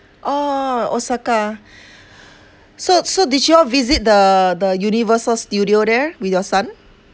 orh osaka so so did you all visit the the universal studio there with your son